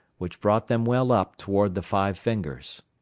which brought them well up toward the five fingers.